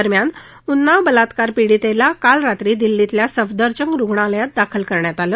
दरम्यान उन्नाव बलात्कार पीडितेला काल रात्री दिल्लीतल्या सफदरजंग रुग्णालयात दाखल करण्यात आलं